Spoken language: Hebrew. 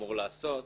אמור לעשות,